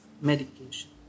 medication